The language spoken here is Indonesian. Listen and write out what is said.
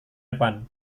depan